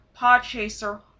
Podchaser